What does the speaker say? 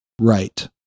right